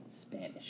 Spanish